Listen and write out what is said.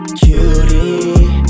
cutie